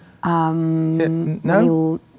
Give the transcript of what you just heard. No